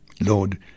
Lord